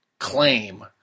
Claim